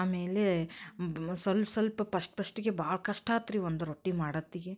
ಆಮೇಲೆ ಸ್ವಲ್ಪ ಸ್ವಲ್ಪ ಪಸ್ಟ್ ಪಸ್ಟಿಗೆ ಭಾಳ ಕಷ್ಟ ಆತು ರೀ ಒಂದು ರೊಟ್ಟಿ ಮಾಡೋತ್ತಿಗೆ